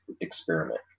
experiment